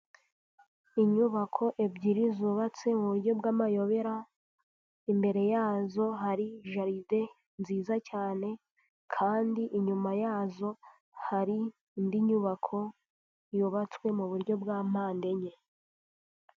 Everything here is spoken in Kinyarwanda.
Inyubako ebyiri zubatse mu buryo bwamayobera imbere yazo hari jaride nziza cyane kandi inyuma yazo hari indi nyubako yubatswe mu buryo bwa mande enye.